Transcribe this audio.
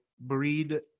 breed